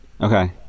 Okay